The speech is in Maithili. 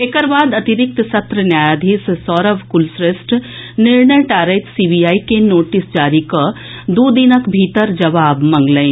एकर बाद अतिरिक्त सत्र न्यायाधीश सौरभ कुलश्रेष्ठ निर्णय टारैत सीबीआई के नोटिस जारी कऽ दू दिनक भीतर जवाब मंगलनि